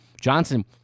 Johnson